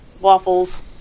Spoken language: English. waffles